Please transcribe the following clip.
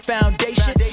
Foundation